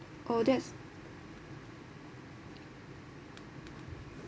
oh that's